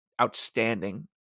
outstanding